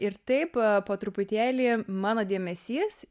ir taip po truputėlį mano dėmesys